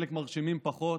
חלק מרשימים פחות,